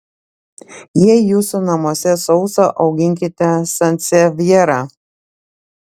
jei jūsų namuose sausa auginkite sansevjerą